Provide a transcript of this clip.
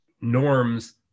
Norms